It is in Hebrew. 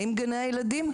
האם גני הילדים,